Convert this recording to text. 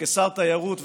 וכשר תיירות,